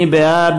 מי בעד?